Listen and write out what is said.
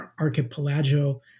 archipelago